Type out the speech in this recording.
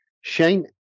Shane